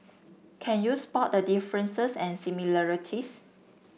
can you spot the differences and similarities